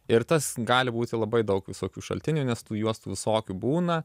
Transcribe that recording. ir tas gali būti labai daug visokių šaltinių nes tų juostų visokių būna